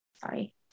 sorry